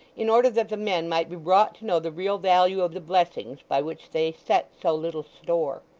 in order that the men might be brought to know the real value of the blessings by which they set so little store